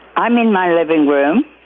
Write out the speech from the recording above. i'm in my living room.